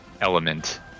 element